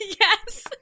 yes